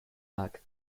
back